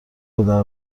درباره